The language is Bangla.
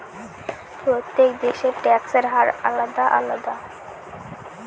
প্রত্যেক দেশের ট্যাক্সের হার আলাদা আলাদা